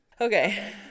Okay